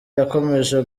yakomeje